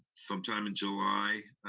sometime in july,